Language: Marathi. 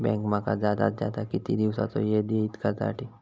बँक माका जादात जादा किती दिवसाचो येळ देयीत कर्जासाठी?